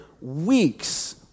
weeks